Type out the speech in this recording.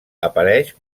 apareix